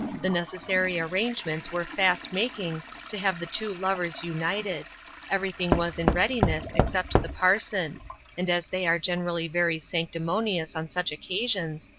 the necessary arrangements were fast making to have the two lovers united everything was in readiness except the parson and as they are generally very sanctimonious on such occasions,